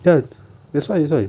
then that's why that's why